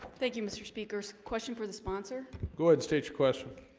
thank you mr. speaker so question for the sponsor go ahead state your question